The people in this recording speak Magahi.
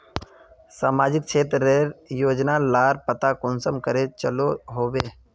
सामाजिक क्षेत्र रेर योजना लार पता कुंसम करे चलो होबे?